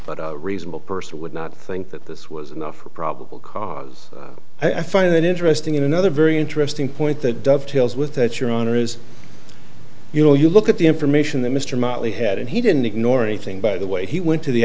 but a reasonable person would not think that this was enough for probable cause i find that interesting in another very interesting point that dovetails with that your honor is you know you look at the information that mr motley had and he didn't ignore anything by the way he went to the